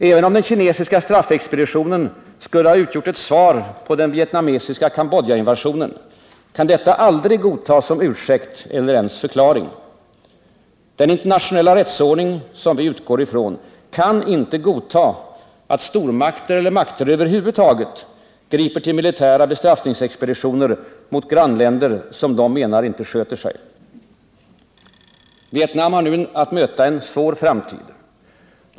Även om den kinesiska straffexpeditionen skulle ha utgjort ett svar på den vietnamesiska Cambodjainvasionen, kan detta aldrig godtas som en ursäkt eller ens som en förklaring. Den internationella rättsordning som vi utgår ifrån kan inte godta att stormakter eller makter över huvud taget griper till militära bestraffningsexpeditioner mot grannländer som de menar inte sköter sig. Vietnam har nu att möta en svår framtid.